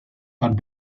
but